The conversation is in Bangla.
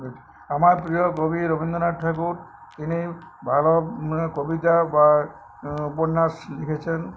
আমার প্রিয় কবি রবীন্দ্রনাথ ঠাকুর তিনি ভালো কবিতা বা উপন্যাস লিখেছেন